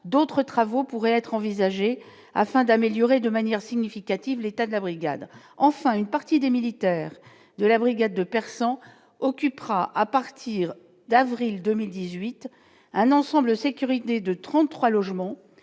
d'autres travaux pourraient être envisagées afin d'améliorer de manière significative l'état de la brigade, enfin une partie des militaires de la brigade de persan occupera à partir d'avril 2018 un ensemble sécurité de 33 logements